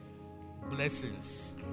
blessings